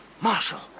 Marshal